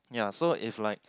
ya so if like